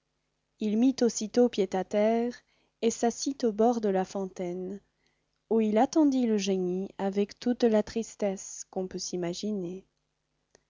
il mit aussitôt pied à terre et s'assit au bord de la fontaine où il attendit le génie avec toute la tristesse qu'on peut s'imaginer